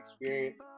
experience